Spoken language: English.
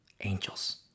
Angels